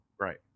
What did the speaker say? right